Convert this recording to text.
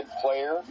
player